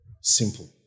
Simple